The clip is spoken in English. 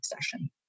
session